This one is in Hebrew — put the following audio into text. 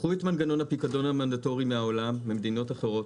לקחו את מנגנון הפיקדון המנדטורי מהעולם ממדינות אחרות,